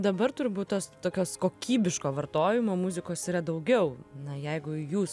dabar turbūt tos tokios kokybiško vartojimo muzikos yra daugiau na jeigu jūs